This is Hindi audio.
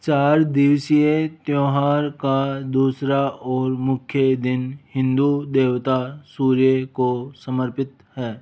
चार दिवसीय त्यौहार का दूसरा और मुख्य दिन हिंदू देवता सूर्य को समर्पित है